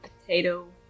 Potato